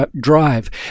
drive